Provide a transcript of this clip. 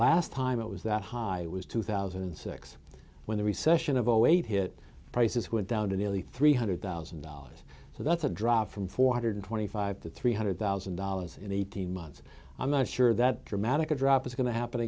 last time it was that high was two thousand and six when the recession of zero eight hit prices were down to nearly three hundred thousand dollars so that's a drop from four hundred twenty five to three hundred thousand dollars in eighteen months i'm not sure that dramatic a drop is going to happen